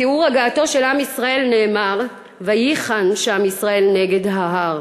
בתיאור הגעתו של עם ישראל נאמר: "ויחן שם ישראל נגד ההר".